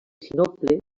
sinople